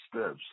steps